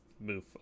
move